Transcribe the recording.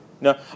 No